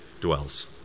dwells